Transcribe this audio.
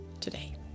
today